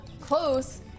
close